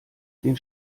den